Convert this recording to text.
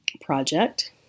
project